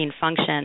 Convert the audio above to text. function